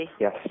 yes